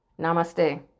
Namaste